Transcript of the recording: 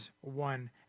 one